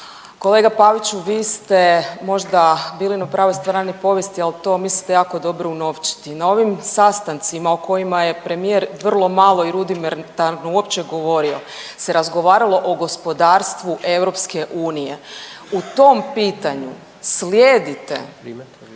Kolega Paviću vi ste možda bili na pravoj strani povijesti, ali to mislite jako dobro unovčiti. Na ovim sastancima o kojima je premijer vrlo malo i rudimentarno uopće govorio se razgovaralo o gospodarstvu EU. U tom pitanju slijedite slugansku